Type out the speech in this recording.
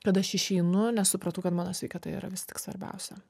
kad aš išeinu nes supratau kad mano sveikata yra vis tik svarbiausia